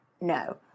No